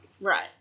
Right